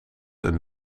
een